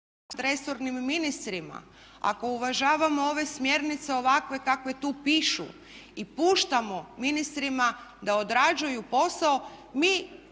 resornim ministrima, ako uvažavamo ove smjernice ovakve kakve tu pišu i puštamo ministrima da određuju posao mi